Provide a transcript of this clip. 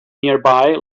nearby